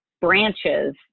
branches